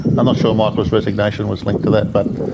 i'm not sure michael's resignation was linked to that, but.